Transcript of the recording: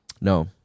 No